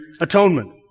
atonement